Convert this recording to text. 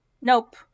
nope